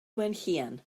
gwenllian